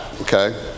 Okay